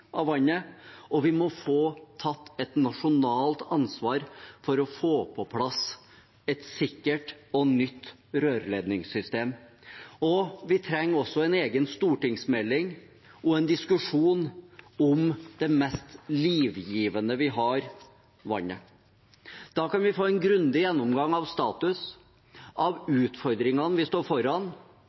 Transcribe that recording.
av vannet, og vi må få tatt et nasjonalt ansvar for å få på plass et sikkert og nytt rørledningssystem. Vi trenger også en egen stortingsmelding og en diskusjon om det mest livgivende vi har, vannet. Da kan vi få en grundig gjennomgang av status, av utfordringene vi står foran,